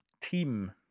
team